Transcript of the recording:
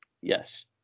Yes